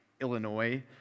Illinois